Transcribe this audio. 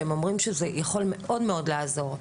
שהם אומרים שזה יכול מאוד מאוד לעזור.